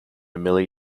milli